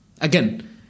Again